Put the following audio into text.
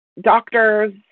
doctors